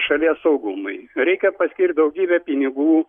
šalies saugumui reikia paskirt daugybę pinigų